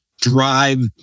drive